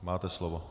Máte slovo.